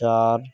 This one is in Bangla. চার